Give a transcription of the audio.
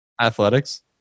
Athletics